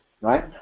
right